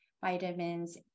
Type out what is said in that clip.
vitamins